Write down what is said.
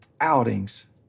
outings